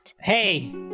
Hey